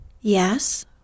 yes